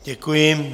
Děkuji.